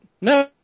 No